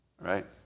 right